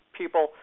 people